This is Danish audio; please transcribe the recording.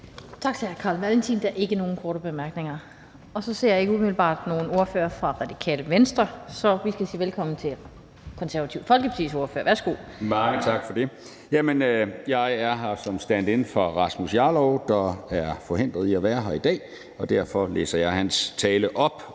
Tak til hr. Carl Valentin. Der er ikke nogen korte bemærkninger. Jeg ser ikke umiddelbart nogen ordfører fra Radikale Venstre, så vi skal sige velkommen til Det Konservative Folkepartis ordfører. Værsgo. Kl. 18:40 (Ordfører) Niels Flemming Hansen (KF): Mange tak for det. Jeg er her som standin for Rasmus Jarlov, der er forhindret i at være her i dag, og derfor læser jeg hans tale op.